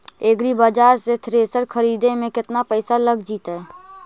एग्रिबाजार से थ्रेसर खरिदे में केतना पैसा लग जितै?